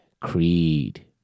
Creed